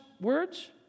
words